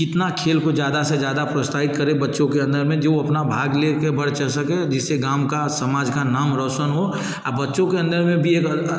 कितना खेल को ज़्यादा से ज़्यादा प्रोत्साहित करें बच्चों के अन्दर में जो वो अपना भाग लेके बढ़ चढ़ सकें जिससे गाँव का समाज का नाम रौशन हो और बच्चों के अन्दर में भी एक